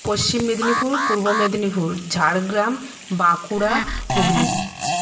Paschim Medinipur Purba Medinipur Jhargram Bankura Hooghly